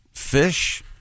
Fish